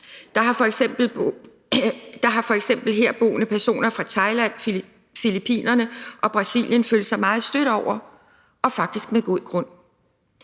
Det har f.eks. herboende personer fra Thailand, Filippinerne og Brasilien følt sig meget stødt over og faktisk med god grund.